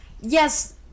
yes